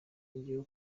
hagiye